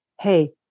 hey